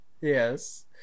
yes